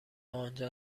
آنجا